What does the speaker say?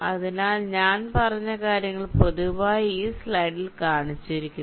അതിനാൽ ഞാൻ പറഞ്ഞ കാര്യങ്ങൾ പൊതുവായി ഈ സ്ലൈഡിൽ കാണിച്ചിരിക്കുന്നു